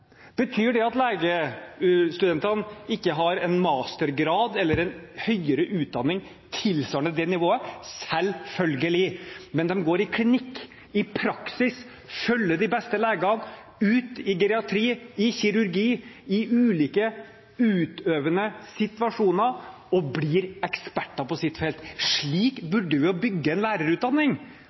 Betyr det at legestudentene ikke har en mastergrad eller en høyere utdanning tilsvarende det nivået? Selvfølgelig, men de går i klinikk, i praksis, følger de beste legene ut i geriatri, i kirurgi, i ulike utøvende situasjoner og blir eksperter på sitt felt. Slik burde vi bygge en lærerutdanning,